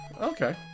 Okay